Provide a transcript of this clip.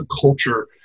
culture